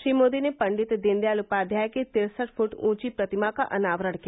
श्री मोदी ने पंडित दीनदयाल उपाध्याय की तिरसठ फ्ट ऊंची प्रतिमा का अनावरण किया